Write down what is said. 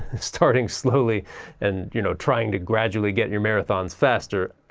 starting slowly and, you know, trying to gradually get your marathons faster.